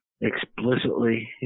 explicitly